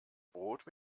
brot